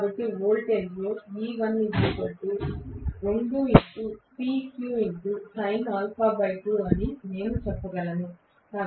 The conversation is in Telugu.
కాబట్టి వోల్టేజ్ అని నేను చెప్పగలను